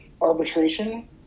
arbitration